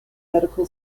medical